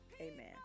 Amen